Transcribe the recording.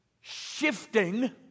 Shifting